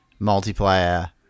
multiplayer